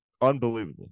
unbelievable